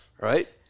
right